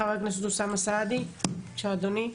חבר הכנסת אוסאמה סעדי, בבקשה אדוני.